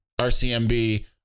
RCMB